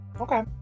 Okay